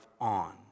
on